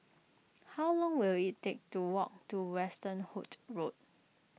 how long will it take to walk to Westerhout Road